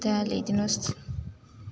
त्यहाँ ल्याइदिनु होस्